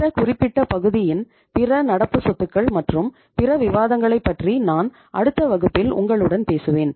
இந்த குறிப்பிட்ட பகுதியின் பிற நடப்பு சொத்துக்கள் மற்றும் பிற விவாதங்களைப் பற்றி நான் அடுத்த வகுப்பில் உங்களுடன் பேசுவேன்